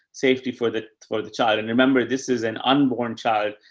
safety for the, for the child. and remember, this is an unborn child.